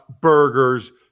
burgers